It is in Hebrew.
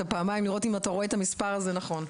פעמיים לראות אם אתה רואה את המספר הזה נכון.